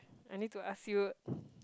I need to ask you